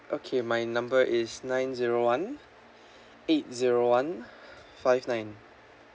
okay my number is nine zero one eight zero one five nine